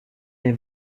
des